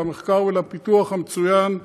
למחקר ופיתוח המצוין שיש.